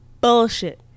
bullshit